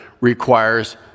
requires